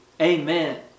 Amen